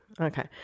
Okay